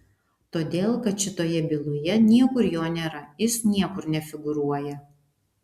todėl kad šitoje byloje niekur jo nėra jis niekur nefigūruoja